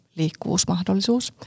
liikkuvuusmahdollisuus